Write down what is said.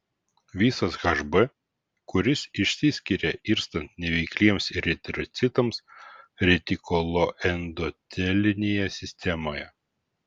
visas hb kuris išsiskiria irstant neveikliems eritrocitams retikuloendotelinėje sistemoje